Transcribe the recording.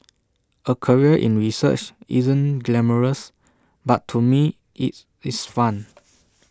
A career in research isn't glamorous but to me it's it's fun